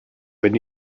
bin